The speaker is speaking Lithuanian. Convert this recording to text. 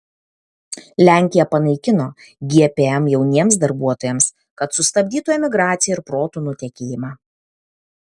lenkija panaikino gpm jauniems darbuotojams kad sustabdytų emigraciją ir protų nutekėjimą